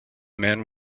man